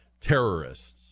terrorists